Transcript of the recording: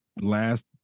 last